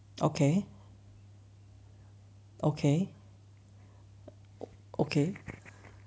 okay okay okay